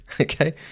okay